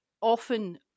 often